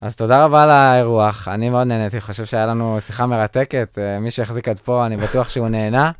אז תודה רבה על האירוח, אני מאוד נהניתי, חושב שהיה לנו שיחה מרתקת, מי שיחזיק עד פה אני בטוח שהוא נהנה.